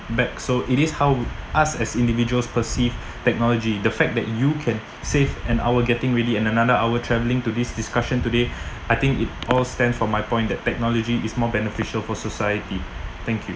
back so it is how us as individuals perceived technology the fact that you can save an hour getting ready and another hour travelling to this discussion today I think it all stands for my point that technology is more beneficial for society thank you